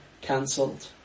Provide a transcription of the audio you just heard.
cancelled